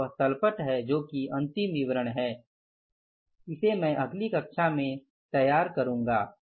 यह वह तल पट है जो कि अंतिम विवरण है मैं अगली कक्षा में तैयार करूँगा